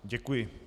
Děkuji.